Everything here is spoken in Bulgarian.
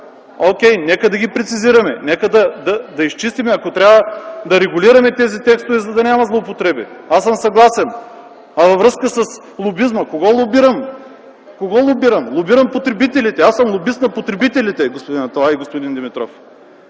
О’кей, нека да ги прецизираме, нека да изчистим и ако трябва, да регулираме тези текстове, за да няма злоупотреби. Аз съм съгласен. Във връзка с лобизма – кого лобирам? Кого лобирам? Лобирам потребителите. Аз съм лобист на потребителите, господин Аталай и господин Димитров!